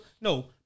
no